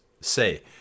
say